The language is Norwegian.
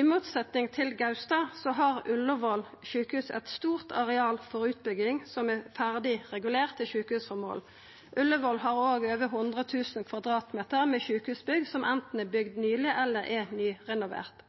I motsetnad til Gaustad har Ullevål sjukehus eit stort areal for utbygging som er ferdig regulert til sjukehusområde. Ullevål har òg over 100 000 m 2 med sjukehusbygg som anten er bygd nyleg eller er nyrenovert.